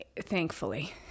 Thankfully